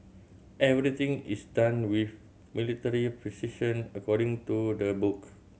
everything is done with military precision according to the book